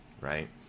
right